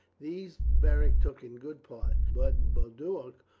these beric took in good part, but boduoc,